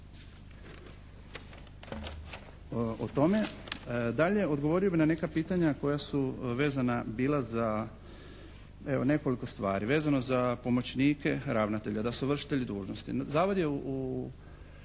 o tome. Dalje, odgovorio bih na neka pitanja koja su vezana bila za evo nekoliko stvari. Vezano za pomoćnike ravnatelja da su vršitelji dužnosti. Zavod je u